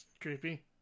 creepy